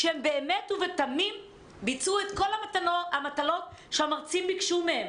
כשהם באמת ובתמים ביצעו את כל המטלות שהמרצים ביקשו מהם.